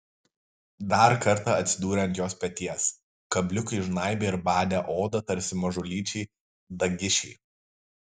dar kartą atsidūrė ant jos peties kabliukai žnaibė ir badė odą tarsi mažulyčiai dagišiai